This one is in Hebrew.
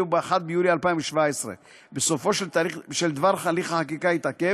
יהיה ב-1 ביולי 2017. בסופו של דבר הליך החקיקה התעכב,